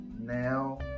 now